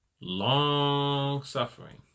long-suffering